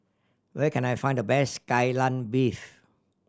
where can I find the best Kai Lan Beef